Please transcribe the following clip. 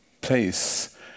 place